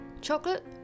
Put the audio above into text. chocolate